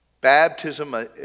Baptism